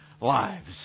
lives